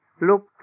look